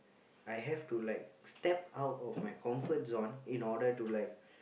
I have to like step out of my comfort zone in order to like